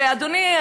ואדוני,